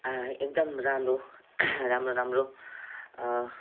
एकदम राम्रो राम्रो राम्रो